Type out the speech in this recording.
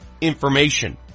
information